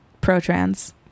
pro-trans